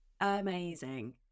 Amazing